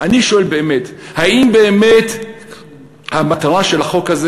אני שואל: האם באמת המטרה של החוק הזה